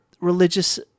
religious